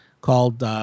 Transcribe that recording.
called –